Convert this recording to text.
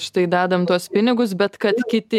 štai dedam tuos pinigus bet kad kiti